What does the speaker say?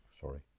Sorry